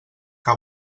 que